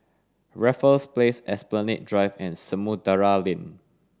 Raffles Place Esplanade Drive and Samudera Lane